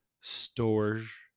storage